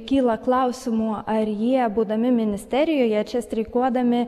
kyla klausimų ar jie būdami ministerijoje čia streikuodami